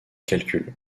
calcul